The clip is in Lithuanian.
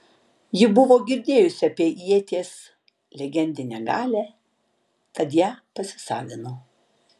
ji buvo girdėjusi apie ieties legendinę galią tad ją pasisavino